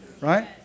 Right